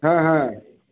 हाँ हाँ